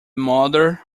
mother